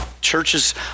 churches